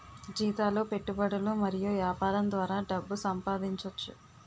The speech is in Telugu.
జీతాలు పెట్టుబడులు మరియు యాపారం ద్వారా డబ్బు సంపాదించోచ్చు